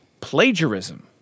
plagiarism